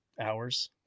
hours